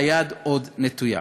והיד עוד נטויה.